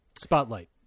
spotlight